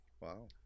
Wow